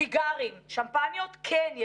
סיגרים, שמפניות, כן יש